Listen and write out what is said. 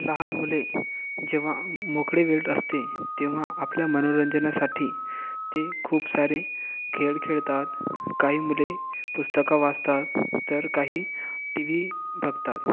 लहान मुले जेव्हा मोकळी वेळ असते तेव्हा आपल्या मनोरंजनासाठी ते खूप सारे खेळ खेळतात काही मुले पुस्तकं वाचतात तर काही टी व्ही बघतात